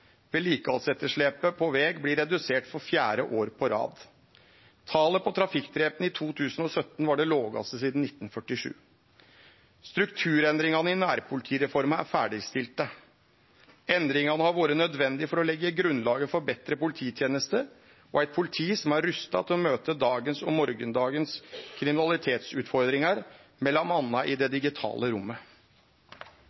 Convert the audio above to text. Vedlikehaldsetterslepet på veg blir redusert for fjerde år på rad. Talet på trafikkdrepne i 2017 var det lågaste sidan 1947. Strukturendringane i nærpolitireforma er ferdigstilte. Endringane har vore nødvendige for å leggje grunnlaget for betre polititenester og eit politi som er rusta til å møte dagens og morgondagens kriminalitetsutfordringar, m.a. i det